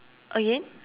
again